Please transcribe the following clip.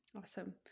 Awesome